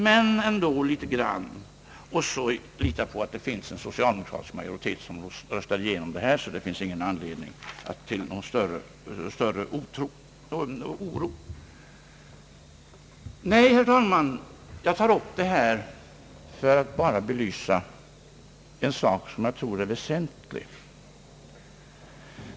Och så kan man ändå lita på att det finns en socialdemokratisk majoritet som genomför politiken, och därför finns det ingen anledning till någon större oro. Nej, herr talman, jag tar upp detta för att belysa en sak som är väsentlig.